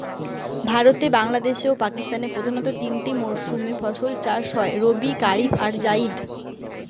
ভারতে, বাংলাদেশে ও পাকিস্তানে প্রধানতঃ তিনটিয়া মরসুম রে ফসল চাষ হয় রবি, কারিফ আর জাইদ